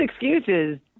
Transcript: excuses